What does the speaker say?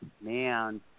man